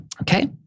okay